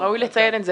ראוי לציין את זה,